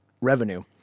revenue